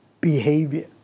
behavior